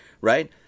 right